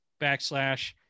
backslash